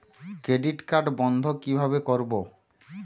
Credit card বন্ধ কিভাবে করবো?